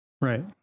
right